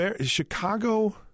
Chicago